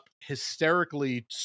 hysterically